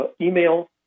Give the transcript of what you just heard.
Email